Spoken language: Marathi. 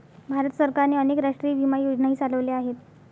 भारत सरकारने अनेक राष्ट्रीय विमा योजनाही चालवल्या आहेत